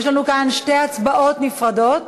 יש לנו כאן שתי הצבעות נפרדות.